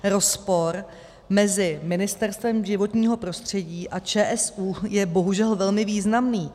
Rozpor mezi Ministerstvem životního prostředí a ČSÚ je bohužel velmi významný.